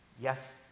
Yes